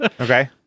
Okay